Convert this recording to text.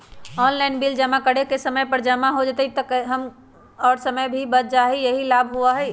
Online bill जमा करे से समय पर जमा हो जतई और समय भी बच जाहई यही लाभ होहई?